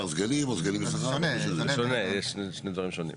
זה שונה זה שני דברים שונים.